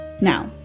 now